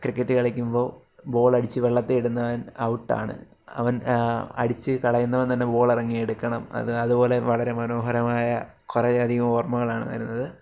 cricket കളിക്കുമ്പോൾ ബോളടിച്ചു വെള്ളത്തിൽ ഇടുന്നവൻ ഔട്ടാണ് അവൻ അടിച്ച് കളയുന്നവൻ തന്നെ ബോളിറങ്ങിയെടുക്കണം അതുപോലെ വളരെ മനോഹരമായ കുറേയധികം ഓർമ്മകളാണ് തരുന്നത്